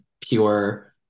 pure